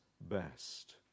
best